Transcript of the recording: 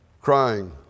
crying